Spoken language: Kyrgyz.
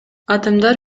адамдар